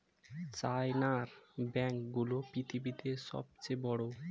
চায়নার ব্যাঙ্ক গুলো পৃথিবীতে সব চেয়ে বড়